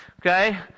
okay